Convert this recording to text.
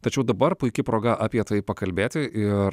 tačiau dabar puiki proga apie tai pakalbėti ir